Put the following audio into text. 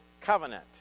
covenant